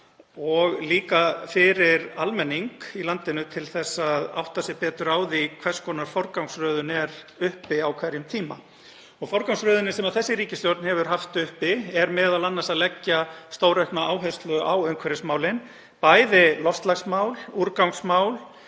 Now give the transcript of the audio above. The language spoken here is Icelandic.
og líka fyrir almenning í landinu til að átta sig betur á því hvers konar forgangsröðun er uppi á hverjum tíma. Forgangsröðunin sem þessi ríkisstjórn hefur haft uppi er m.a. að leggja stóraukna áherslu á umhverfismál, loftslagsmál, úrgangsmál,